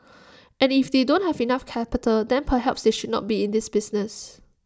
and if they don't have enough capital then perhaps they should not be in this business